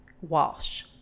Walsh